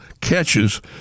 catches